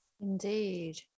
Indeed